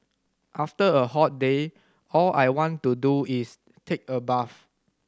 after a hot day all I want to do is take a bath